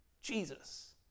Jesus